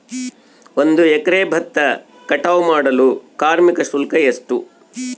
ಒಂದು ಎಕರೆ ಭತ್ತ ಕಟಾವ್ ಮಾಡಲು ಕಾರ್ಮಿಕ ಶುಲ್ಕ ಎಷ್ಟು?